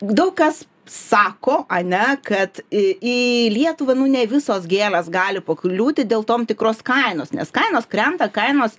daug kas sako ane kad į į lietuvą nu ne visos gėlės gali pakliūti dėl tom tikros kainos nes kainos krenta kainos